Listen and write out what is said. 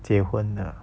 结婚了